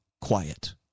quiet